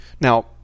Now